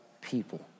people